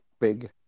big